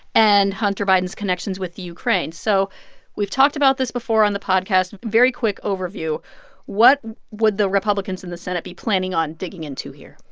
and hunter biden's connections with ukraine. so we've talked about this before on the podcast. very quick overview what would the republicans in the senate be planning on digging into here?